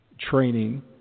training